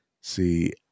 See